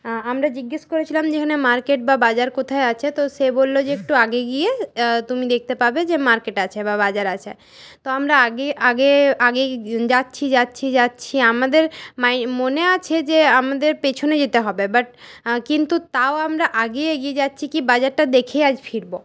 আমরা জিজ্ঞেস করেছিলাম যে এখানে মার্কেট বা বাজার কোথায় আছে তো সে বললো যে একটু আগে গিয়ে তুমি দেখতে পাবে যে মার্কেট আছে বা বাজার আছে তো আমরা আগে আগে আগে যাচ্ছি যাচ্ছি যাচ্ছি আমাদের মাই মনে আছে যে আমাদের পেছনে যেতে হবে বাট কিন্তু তাও আমরা আগে এগিয়ে যাচ্ছি কি বাজারটা দেখে আজ ফিরবো